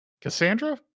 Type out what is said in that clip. Cassandra